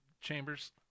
chambers